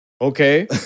Okay